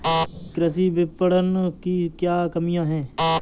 कृषि विपणन की क्या कमियाँ हैं?